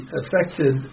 affected